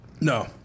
No